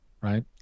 right